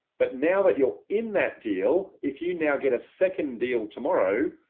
but now that you're in that deal, if you now get a second deal tomorrow,